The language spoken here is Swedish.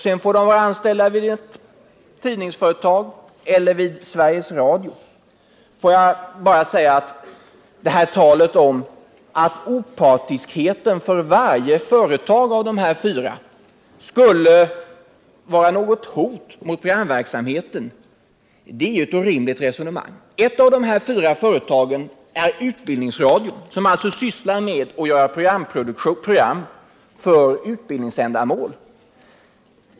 Sedan får de vara anställda vid tidningsföretag eller vid Sveriges Radio. Talet om att opartiskheten för varje företag av de här fyra skulle vara något hot mot programverksamheten är ett orimligt resonemang. Ett av dessa fyra företag är utbildningsradion, som alltså sysslar med att göra program för utbildningsändamål.